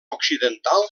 occidental